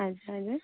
हजुर हजुर